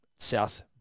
South